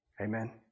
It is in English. Amen